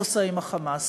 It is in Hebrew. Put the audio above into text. עושה עם ה"חמאס".